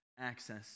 access